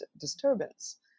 disturbance